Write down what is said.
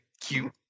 cute